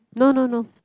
no no no